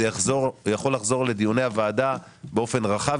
זה יכול לחזור לדיוני הוועדה באופן רחב